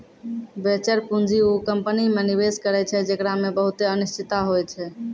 venture पूंजी उ company मे निवेश करै छै जेकरा मे बहुते अनिश्चिता होय छै